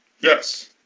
Yes